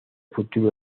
futuro